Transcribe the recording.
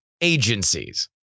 agencies